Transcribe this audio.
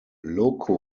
loco